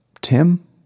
Tim